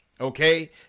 Okay